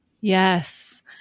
Yes